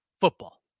football